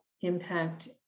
impact